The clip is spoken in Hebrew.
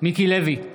מיקי לוי,